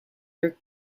their